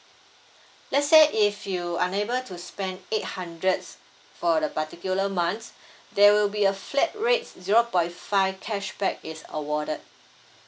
let's say if you unable to spend eight hundred for the particular month there will be a flat rate zero point five cashback is awarded